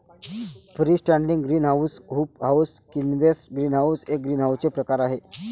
free standing greenhouse, hoop house, quonset greenhouse हे ग्रीनहाऊसचे प्रकार आहे